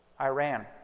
Iran